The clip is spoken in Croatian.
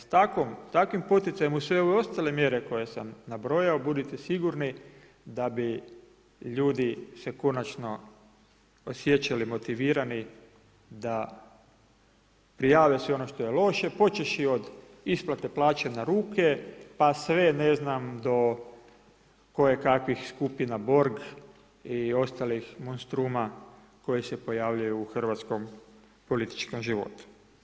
S takvim poticajem, uz sve ove ostale mjere koje sam nabrojao, budite sigurni da bi ljudi se konačno osjećali motivirani da prijave sve ono što je loše, počevši od isplate plaća na ruke pa sve do kojekakvih skupina Borg i ostalih monstruma koji se pojavljuju u hrvatskom političkom životu.